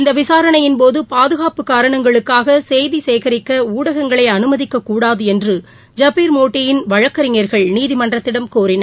இந்த விசாரணையின்போது பாதுகாப்பு காரணங்களுக்காக செய்தி சேகிக்க ஊடகங்களை அனுமதிக்கக்கூடாது என்று ஜபீர் மோட்டியின் வழக்கறிஞர்கள் நீதிமன்றத்திடம் கோரினர்